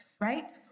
right